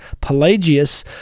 Pelagius